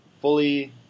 fully